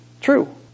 true